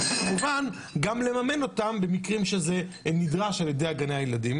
וכמובן גם לממן אותן במקרים שזה נדרש על ידי גני הילדים.